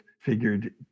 figured